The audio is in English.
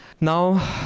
Now